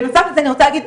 בנוסף לזה אני רוצה להגיד,